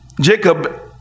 Jacob